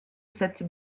cette